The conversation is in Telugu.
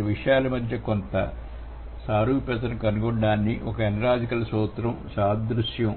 రెండు విషయాల మధ్య కొంత సారూప్యతను కనుగొనడానికి ఒక అనలాజికల్ సూత్రం సాదృశ్యం